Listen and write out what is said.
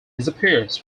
disappears